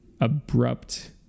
abrupt